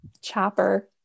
chopper